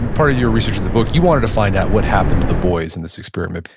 part of your research of the book, you wanted to find out what happened to the boys in this experiment.